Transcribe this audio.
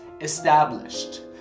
established